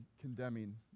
condemning